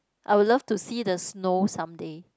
I would love to see the snow someday